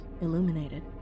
illuminated